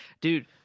dude